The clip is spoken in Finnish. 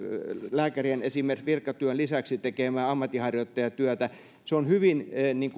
lääkärien esimerkiksi virkatyön lisäksi tekemää ammatinharjoittajatyötä se on hyvin